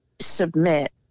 submit